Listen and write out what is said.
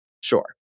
Sure